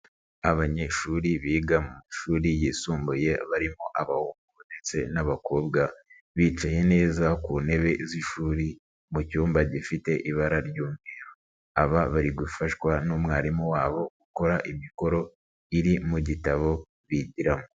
Abanyeshuri biga mu mashuri yisumbuye barimo abahungu ndetse n'abakobwa, bicaye neza ku ntebe z'ishuri mu cyumba gifite ibara ry'umweru, aba bari gufashwa n'umwarimu wabo gukora imikoro iri mu gitabo bigiramo.